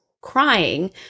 Crying